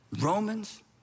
Romans